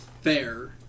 fair